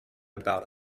about